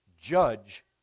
judge